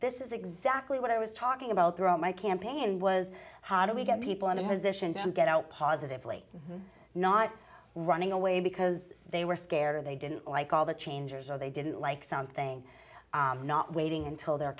this is exactly what i was talking about throughout my campaign was how do we get people in a position to get out positively not running away because they were scared or they didn't like all the changers or they didn't like something not waiting until their